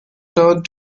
turned